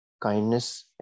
kindness